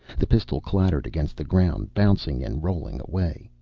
the pistol clattered against the ground, bouncing and rolling away.